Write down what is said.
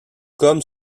comme